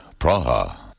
Praha